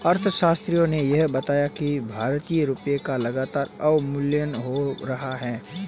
अर्थशास्त्रियों ने यह बताया कि भारतीय रुपयों का लगातार अवमूल्यन हो रहा है